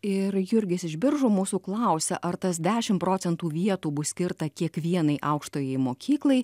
ir jurgis iš biržų mūsų klausia ar tas dešim procentų vietų bus skirta kiekvienai aukštajai mokyklai